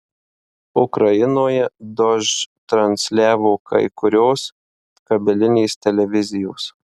ukrainoje dožd transliavo kai kurios kabelinės televizijos